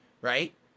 right